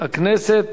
מזכירת הכנסת.